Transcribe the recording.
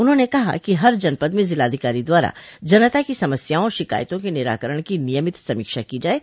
उन्होंने कहा कि हर जनपद में जिलाधिकारी द्वारा जनता की समस्याओं और शिकायतों के निराकरण की नियमित समीक्षा की जाये